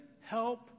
help